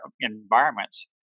environments